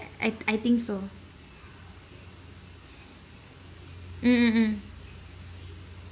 I I think so mm mm mm